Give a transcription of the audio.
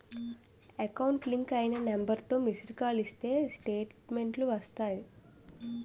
account link అయిన నెంబర్తో missed call ఇస్తే స్టేట్మెంటు వస్తాది